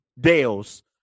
Dales